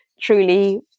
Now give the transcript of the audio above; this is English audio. truly